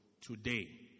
today